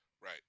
Right